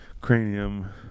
cranium